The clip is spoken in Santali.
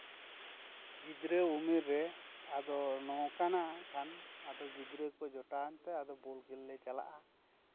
ᱜᱤᱫᱽᱨᱟᱹ ᱩᱢᱮᱨ ᱨᱮ ᱟᱫᱚ ᱱᱚᱝᱠᱟᱱᱟᱜ ᱠᱷᱟᱱ ᱟᱫᱚ ᱜᱤᱫᱽᱨᱟᱹ ᱠᱚ ᱡᱚᱴᱟᱣᱮᱱ ᱛᱮ ᱟᱫᱚ ᱵᱚᱞ ᱠᱷᱮᱞ ᱞᱮ ᱪᱟᱞᱟᱜᱼᱟ